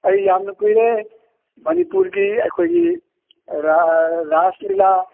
ꯑꯩ ꯌꯥꯝꯅ ꯀꯨꯏꯔꯦ ꯃꯅꯤꯄꯨꯔꯗꯤ ꯑꯩꯈꯣꯏꯒꯤ ꯔꯥꯁꯂꯤꯂꯥ